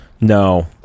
No